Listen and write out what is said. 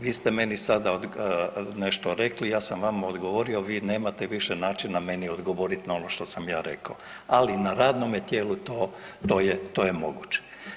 Vi ste meni sada nešto rekli, ja sam vama odgovorio i vi nemate više načina meni odgovoriti na ono što sam ja rekao, ali na radnome tijelu to je moguće.